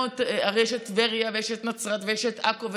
יש את טבריה ויש את נצרת ויש את עכו,